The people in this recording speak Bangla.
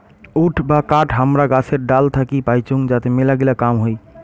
উড বা কাঠ হামারা গাছের ডাল থাকি পাইচুঙ যাতে মেলাগিলা কাম হই